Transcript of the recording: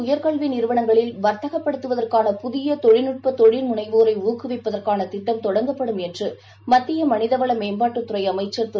உயர்கல்விநிறுவனங்களில் வர்த்தகப்படுத்துவதற்கான நாட்டின் முனைவேரைஊக்குவிப்பதற்கானதிட்டம் தொடங்கப்படும் என்றுமத்தியமனிதவளமேம்பாட்டுத் துறைஅமைச்சர் திரு